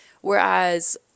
Whereas